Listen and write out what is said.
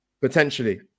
Potentially